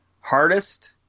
hardest